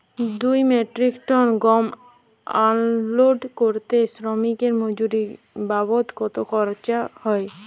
দুই metric ton গম unload করতে শ্রমিক এর মজুরি বাবদ কত খরচ হয়?